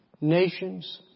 Nations